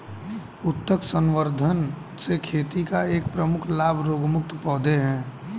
उत्तक संवर्धन से खेती का एक प्रमुख लाभ रोगमुक्त पौधे हैं